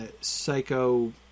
psycho